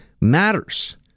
matters